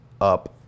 up